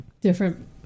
different